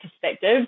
perspective